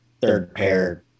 third-pair